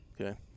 Okay